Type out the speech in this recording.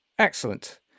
Excellent